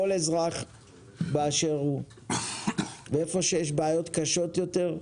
כל אזרח באשר הוא, ואיפה שיש בעיות קשות יותר,